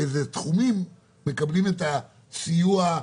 איזה תחומים מקבלים את הסיוע,